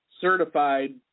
certified